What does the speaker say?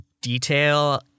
detail